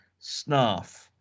Snarf